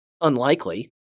Unlikely